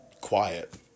quiet